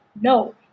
no